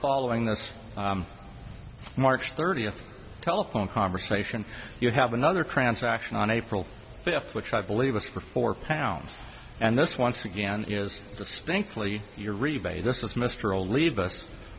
following this march thirtieth telephone conversation you have another transaction on april fifth which i believe is for four pounds and this once again is distinctly your rebate this is mr o leave us